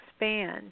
expand